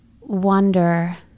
wonder